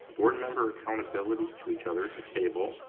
board member accountability to each other at the table,